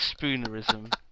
Spoonerism